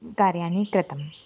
कार्याणि कृतम्